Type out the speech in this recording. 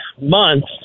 months